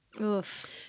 Oof